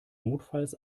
notfalls